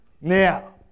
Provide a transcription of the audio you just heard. Now